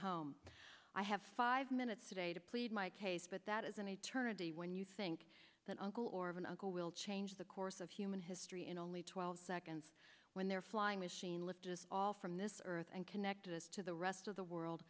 home i have five minutes today to plead my case but that is an eternity when you think that uncle or of an uncle will change the course of human history in only twelve seconds when their flying machine lets just all from this earth and connectedness to the rest of the world